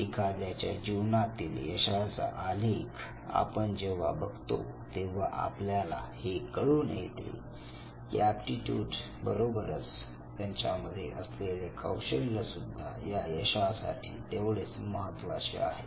एखाद्याच्या जीवनातील यशाचा आलेख आपण जेव्हा बघतो तेव्हा आपल्याला हे कळून येते की एप्टीट्यूड बरोबरच त्याच्यामध्ये असलेले कौशल्य सुद्धा या यशासाठी तेवढेच महत्त्वाचे आहे